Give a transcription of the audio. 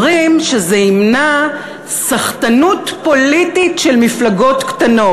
אומרים שזה ימנע סחטנות פוליטית של מפלגות קטנות.